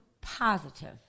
positive